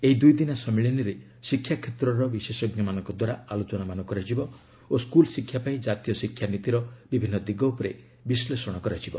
ଏହି ଦୁଇଦିନିଆ ସମ୍ମିଳନୀରେ ଶିକ୍ଷାକ୍ଷେତ୍ରର ବିଶେଷଜ୍ଞମାନଙ୍କ ଦ୍ୱାରା ଆଲୋଚନାମାନ କରାଯିବ ଓ ସ୍କୁଲ୍ ଶିକ୍ଷା ପାଇଁ ଜାତୀୟ ଶିକ୍ଷାନୀତିର ବିଭିନ୍ନ ଦିଗ ଉପରେ ବିଶ୍ଳେଷଣ କରାଯିବ